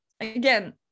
again